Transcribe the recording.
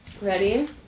Ready